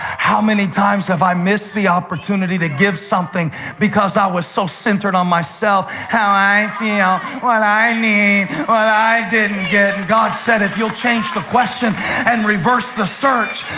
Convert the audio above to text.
how many times have i missed the opportunity to give something because i was so centered on myself, how i feel, what i need, what i didn't get? god said, if you'll change the question and reverse the search,